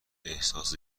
احساس